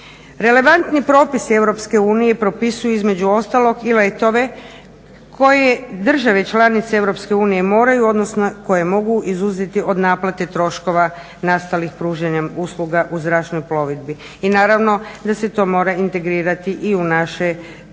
Relevantni propisi EU propisuju između ostalog i letove koje države članice EU moraju odnosno koje mogu izuzeti od naplate troškova nastalih pružanjem usluga u zračnoj plovidbi. I naravno da se to mora integrirati i u naše propise.